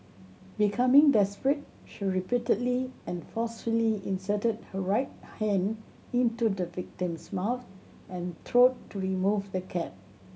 becoming desperate she repeatedly and forcefully inserted her right hand into the victim's mouth and throat to remove the cap